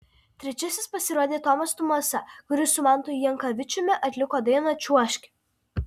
trečiasis pasirodė tomas tumosa kuris su mantu jankavičiumi atliko dainą čiuožki